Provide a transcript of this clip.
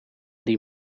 die